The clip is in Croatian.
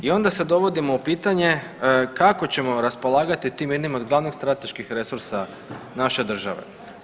I onda se dovodimo u pitanje kako ćemo raspolagati tim jednim od glavnih strateških resursa naše države?